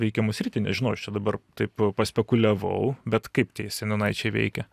veikiamą sritį nežinau ar čia dabar taip paspekuliavau bet kaip tie seniūnaičiai veikia